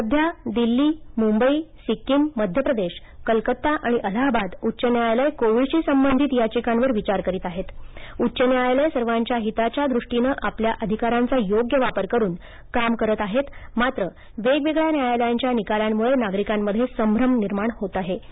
सध्या दिल्ली मुंबई सिक्कीम मध्य प्रदेश कलकत्ता आणि अलाहाबाद उच्च न्यायालय कोविडशी संबंधित याधिकांवर विघार करीत आहेत उच्च न्यायालय सर्वांच्या हिताच्या द्रष्टीनं आपल्या अधिकारांचा योग्य वापर करून काम करत आहेत मात्र वेगवेगळ्या न्यायालयांच्या निकालांमुळे नागरिकांमध्ये संभ्रम निर्माण होऊ शकतो